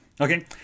Okay